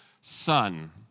son